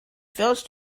failed